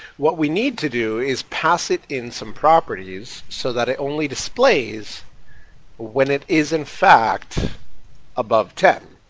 what we need to do is pass it in some properties so that it only displays when it is in fact above ten